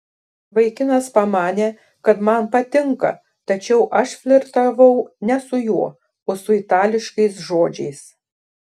vaikinas pamanė kad man patinka tačiau aš flirtavau ne su juo o su itališkais žodžiais